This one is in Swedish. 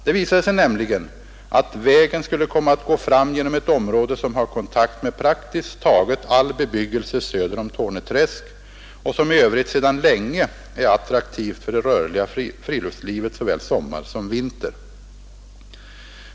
Det visade sig nämligen att vägen skulle komma att gå fram genom ett område som har kontakt med praktiskt taget all bebyggelse söder om Torneträsk och som i övrigt sedan länge är attraktivt för det rörliga friluftslivet såväl sommar som vinter.